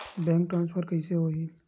Bank transfer कइसे होही?